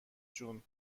جون